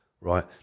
right